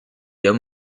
homme